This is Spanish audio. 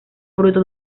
fruto